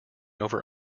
over